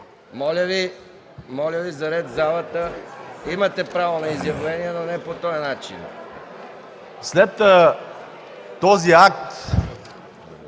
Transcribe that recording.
моля Ви за ред в залата! Имате право на изявление, но не по този начин.